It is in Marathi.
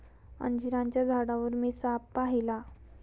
अंजिराच्या झाडावर मी साप पाहिला